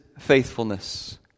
faithfulness